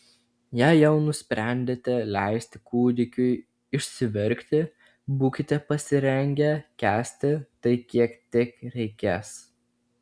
jei jau nusprendėte leisti kūdikiui išsiverkti būkite pasirengę kęsti tai kiek tik reikės